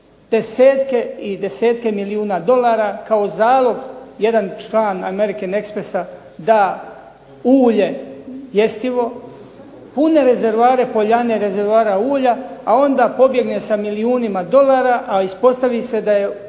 desetke i desetke milijuna dolara kao zalog. Jedan član American Expressa da ulje jestivo, pune rezervoara poljane, rezervoara ulja a onda pobjegne sa milijunima dolara, a ispostavi se da je